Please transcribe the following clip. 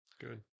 Good